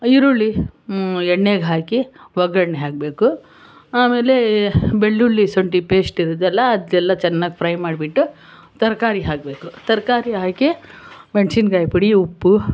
ಈರುಳ್ಳಿ ಎಣ್ಣೆಗೆ ಹಾಕಿ ಒಗ್ಗರಣೆ ಹಾಕಬೇಕು ಆಮೇಲೆ ಬೆಳ್ಳುಳ್ಳಿ ಶುಂಠಿ ಪೇಸ್ಟ್ ಇದೆ ಅಲ್ಲ ಅದೆಲ್ಲ ಚೆನ್ನಾಗಿ ಫ್ರೈ ಮಾಡಿಬಿಟ್ಟು ತರಕಾರಿ ಹಾಕಬೇಕು ತರಕಾರಿ ಹಾಕಿ ಮೆಣಸಿನಕಾಯಿ ಪುಡಿ ಉಪ್ಪು